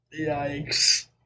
Yikes